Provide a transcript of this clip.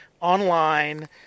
online